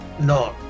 No